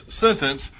sentence